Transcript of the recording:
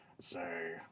say